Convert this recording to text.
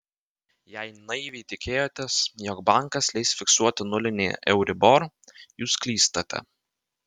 jei naiviai tikitės jog bankas leis fiksuoti nulinį euribor jūs klystate